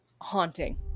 haunting